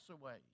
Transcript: away